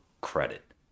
credit